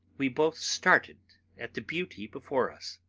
we both started at the beauty before us,